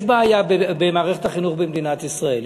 יש בעיה במערכת החינוך במדינת ישראל.